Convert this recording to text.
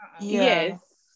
yes